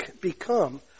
become